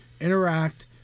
interact